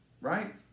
right